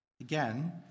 Again